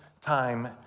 time